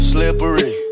Slippery